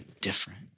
different